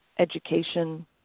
education